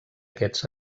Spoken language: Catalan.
aquests